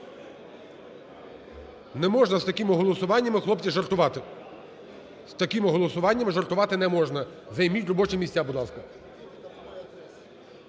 Не можна з такими голосуваннями, хлопці, з такими голосуваннями жартувати не можна. Займіть робочі місця, будь ласка.